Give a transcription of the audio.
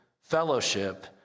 fellowship